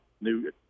new